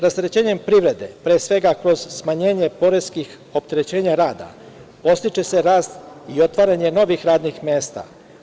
Rasterećenjem privrede, pre svega kroz smanjenje poreskih opterećenja rada, podstiče se rast i otvaranje novih radnih mesta.